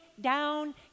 down